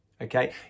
okay